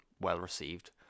well-received